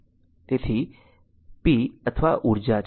તેથી પછી p અથવા ઉર્જા છે